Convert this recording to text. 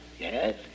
yes